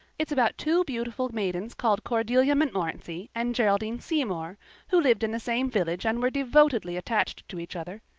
it's about two beautiful maidens called cordelia montmorency and geraldine seymour who lived in the same village and were devotedly attached to each other.